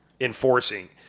enforcing